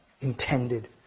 intended